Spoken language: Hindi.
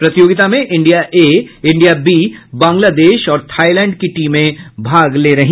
प्रतियोगिता में India A India B Bangladesh और थाईलैंड की टीमें भाग लेंगी